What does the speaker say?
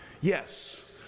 yes